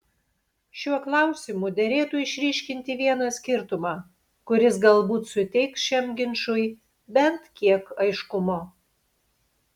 šiuo klausimu derėtų išryškinti vieną skirtumą kuris galbūt suteiks šiam ginčui bent kiek aiškumo